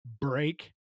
Break